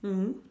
mmhmm